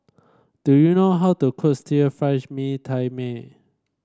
do you know how to cook still Fry Mee Tai Mak